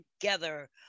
together